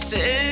Say